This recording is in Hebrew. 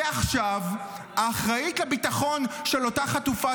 ועכשיו האחראית לביטחון של אותה חטופה,